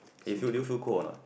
if you do you feel cold or not